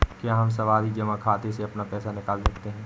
क्या हम सावधि जमा खाते से अपना पैसा निकाल सकते हैं?